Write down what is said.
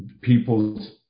people's